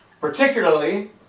particularly